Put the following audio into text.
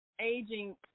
Aging